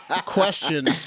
Question